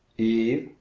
eve,